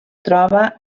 troba